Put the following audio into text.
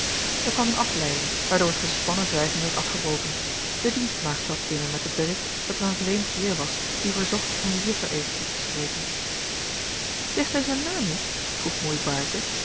er kwam eene afleiding waardoor t gespannen zwijgen werd afgebroken de dienstmaagd trad binnen met het bericht dat er een vreemd heer was die verzocht om de juffer eventjes te spreken zegt hij zijn naam niet vroeg moei baerte